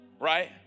Right